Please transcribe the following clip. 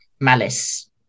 malice